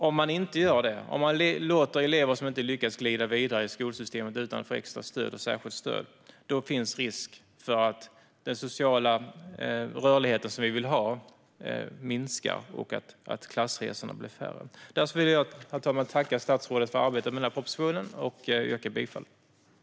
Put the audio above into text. Om eleverna som inte lyckas får glida vidare i skolsystemet utan extra stöd finns en risk för att den sociala rörlighet vi vill ha minskar och att klassresorna blir färre. Herr talman! Jag tackar statsrådet för arbetet med propositionen, och jag yrkar bifall till förslaget i betänkandet.